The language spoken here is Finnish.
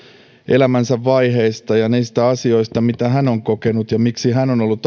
elämänsä vaiheista ja niistä asioista mitä hän on kokenut ja miksi hän ollut aktiivinen